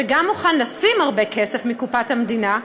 שגם מוכן לשים הרבה כסף מקופת המדינה,